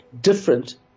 different